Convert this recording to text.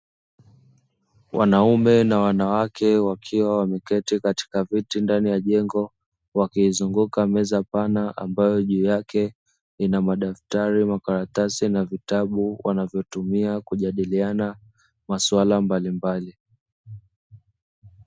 Wanawake na wanaume wakiwa wameketi katika jengo, wakizunguka meza pana ambayo juu yake ina madaftari, karatasi na vitabu wanavyotumia kujadiliana masuala mbalimbali.